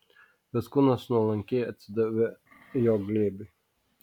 jos kūnas nuolankiai atsidavė jo glėbiui